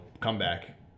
comeback